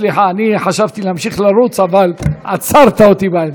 סליחה, חשבתי להמשיך לרוץ, אבל עצרת אותי באמצע.